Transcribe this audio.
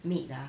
maid ah